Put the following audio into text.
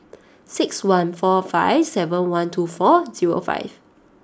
six one four five seven one two four zero five